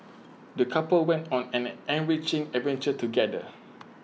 the couple went on an enriching adventure together